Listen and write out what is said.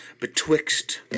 betwixt